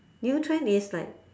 new trend is like